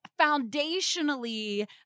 foundationally